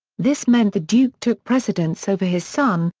this meant the duke took precedence over his son,